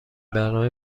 برنامه